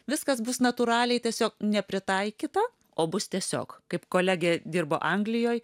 viskas bus natūraliai tiesiog nepritaikyta o bus tiesiog kaip kolegė dirbo anglijoj